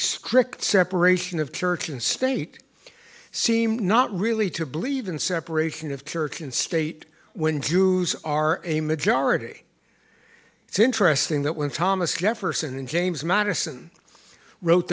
script separation of church and state seem not really to believe in separation of church and state when jews are a majority it's interesting that when thomas jefferson and james madison wrote